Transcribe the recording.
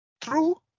True